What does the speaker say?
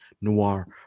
noir